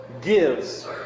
gives